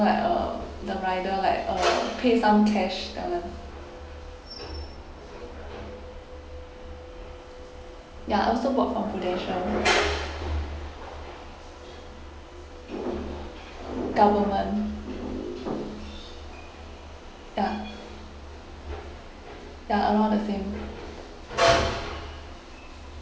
like uh the rider like uh pay some cash uh ya also bought from prudential government ya ya around the same